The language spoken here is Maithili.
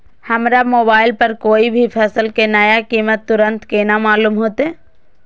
हमरा मोबाइल पर कोई भी फसल के नया कीमत तुरंत केना मालूम होते?